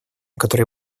которое